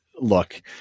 look